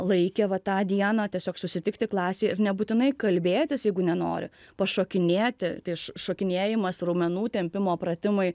laikė va tą dieną tiesiog susitikti klasėj ir nebūtinai kalbėtis jeigu nenori pašokinėti tai š šokinėjimas raumenų tempimo pratimai